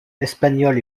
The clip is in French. espagnol